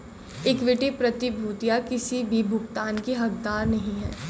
equity प्रतिभूतियां किसी भी भुगतान की हकदार नहीं हैं